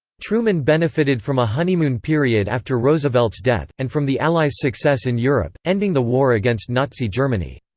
truman benefited from a honeymoon period after roosevelt's death, and from the allies' success in europe, ending the war against nazi germany.